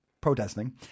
protesting